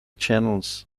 channels